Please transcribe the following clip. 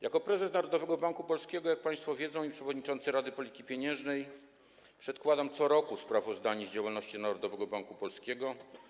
Jako prezes Narodowego Banku Polskiego, jak państwo wiedzą, i przewodniczący Rady Polityki Pieniężnej przedkładam co roku sprawozdanie z działalności Narodowego Banku Polskiego.